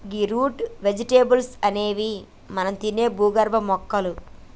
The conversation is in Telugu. గీ రూట్ వెజిటేబుల్స్ అనేవి మనం తినే భూగర్భ మొక్కలు